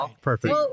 Perfect